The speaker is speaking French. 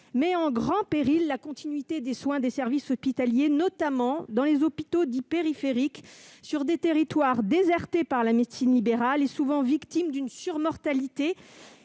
met en grand péril la continuité des soins des services hospitaliers, notamment dans les hôpitaux dits périphériques, situés dans des territoires désertés par la médecine libérale et souvent victimes d'une surmortalité